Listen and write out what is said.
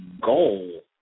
goal